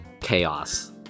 chaos